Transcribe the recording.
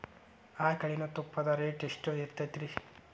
ಆಕಳಿನ ತುಪ್ಪದ ರೇಟ್ ಎಷ್ಟು ಇರತೇತಿ ರಿ?